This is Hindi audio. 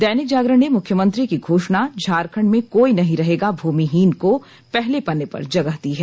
दैनिक जागरण ने मुख्यमंत्री की घोषणा झारखंड में कोई नहीं रहेगा भूमिहीन को पहले पत्रे पर जगह दी है